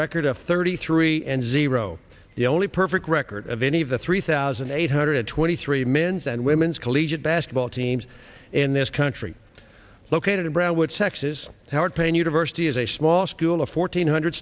record of thirty three and zero the only perfect record of any of the three thousand eight hundred twenty three mins and women's collegiate basketball teams in this country located in brownwood sexes howard payne university is a small school of fourteen hundred